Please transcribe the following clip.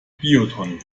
biotonne